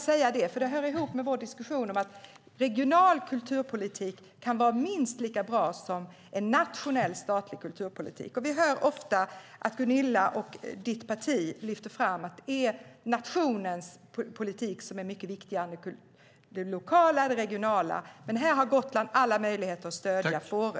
Detta hör ihop med vår diskussion om att regional kulturpolitik kan vara minst lika bra som en nationell, statlig kulturpolitik. Gunillas parti lyfter ofta fram att nationens politik är mycket viktigare än den lokala eller regionala, men här har Gotland alla möjligheter att stödja Fårö.